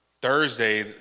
thursday